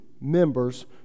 members